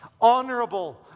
honorable